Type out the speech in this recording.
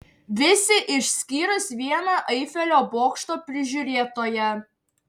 visi išskyrus vieną eifelio bokšto prižiūrėtoją